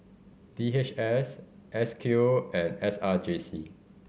D H S S Q and S R J C